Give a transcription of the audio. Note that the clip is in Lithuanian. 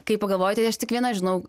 kai pagalvoji tai aš tik viena žinau